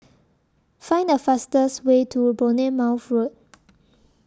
Find The fastest Way to A Bournemouth Road